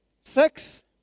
sex